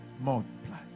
Multiply